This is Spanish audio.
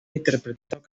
interpretando